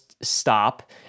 stop